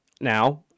Now